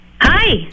hi